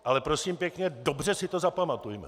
Ale prosím pěkně, dobře si to zapamatujme.